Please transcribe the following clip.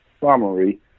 summary